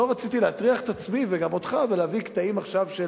לא רציתי להטריח את עצמי וגם אותך ולהביא קטעים עכשיו של